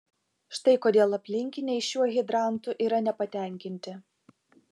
štai kodėl aplinkiniai šiuo hidrantu yra nepatenkinti